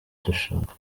dushaka